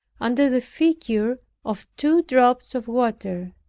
under the figure of two drops of water.